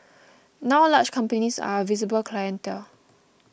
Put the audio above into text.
now large companies are a visible clientele